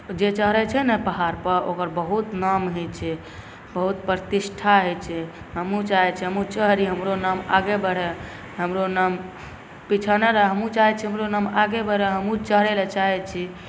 जे चढ़ै छै ने पहाड़पर ओकर बहुत नाम होइ छै बहुत प्रतिष्ठा होइ छै हमहूँ चाहै छिए हमहूँ चढ़ी हमरो नाम आगे बढ़ै हमरो नाम पाछाँ नहि रहै हमहूँ चाहै छिए हमरो नाम आगे बढ़ै हमहूँ चढ़ैलए चाहै छी